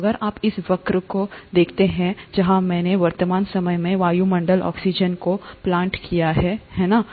तो अगर आप इस वक्र को देखते हैं जहाँ मैंने वर्तमान समय में वायुमंडलीय ऑक्सीजन को प्लॉट किया है है ना